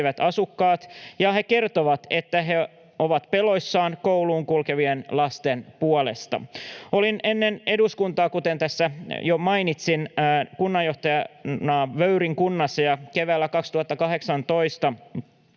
He kertovat, että he ovat peloissaan kouluun kulkevien lasten puolesta. Olin ennen eduskuntaa, kuten tässä jo mainitsin, kunnanjohtajana Vöyrin kunnassa, ja keväällä 2018